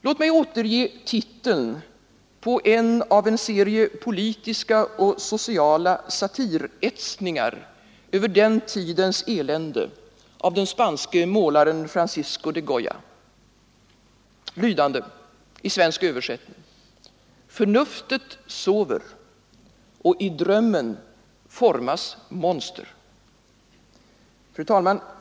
Låt mig återge titeln på en av en serie politiska och sociala satiretsningar över den tidens elände av den spanske målaren Francisco de Goya, lydande i svensk översättning: Förnuftet sover, och i drömmen formas monster. Fru talman!